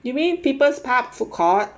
you mean people's park food court